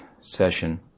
session